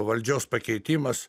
valdžios pakeitimas